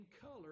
color